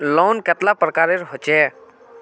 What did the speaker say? Loan कतेला प्रकारेर होचे?